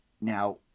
Now